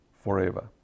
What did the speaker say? forever